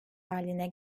haline